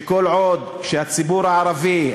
כל עוד הציבור הערבי,